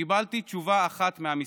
קיבלתי תשובה אחת מהמשרד: